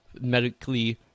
medically